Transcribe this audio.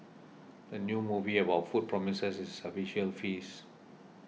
the new movie about food promises a visual feast